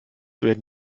werden